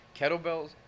kettlebells